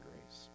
grace